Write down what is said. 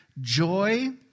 joy